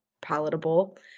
palatable